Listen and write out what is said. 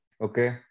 Okay